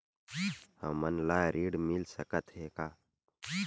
हमन ला ऋण मिल सकत हे का?